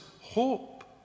hope